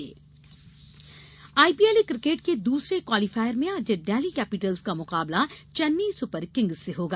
IPL IPL cricket के दूसरे qualifier में आज डेल्ही कैपिटल्स का मुकाबला चेन्नेई सुपर किंग्स से होगा